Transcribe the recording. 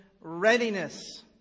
readiness